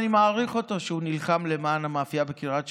אני מעריך אותו על שהוא נלחם למען המאפייה בקריית שמונה.